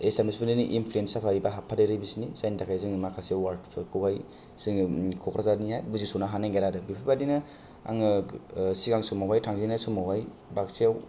एसामिसफोरनि नि एनप्लुयेनस जाफायो बा हाबफादेरो बिसिनि जायनि थाखाय जों माखासे अवारदफोरखौ हाय जोङो कक्राझारनिआ बुजिसनो हानो नागेरा आरो बेफोरबायदिनो आङो सिगां समाव थांजेननाय समावहाय बाक्साआव